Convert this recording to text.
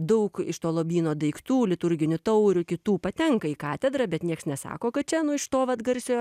daug iš to lobyno daiktų liturginių taurių kitų patenka į katedrą bet nieks nesako kad čia nu iš to vat garsiojo